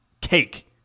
cake